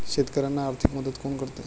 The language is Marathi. शेतकऱ्यांना आर्थिक मदत कोण करते?